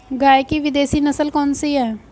गाय की विदेशी नस्ल कौन सी है?